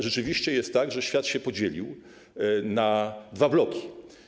Rzeczywiście bowiem jest tak, że świat się podzielił na dwa bloki.